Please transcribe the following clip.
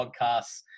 podcasts